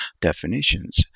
definitions